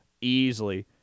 Easily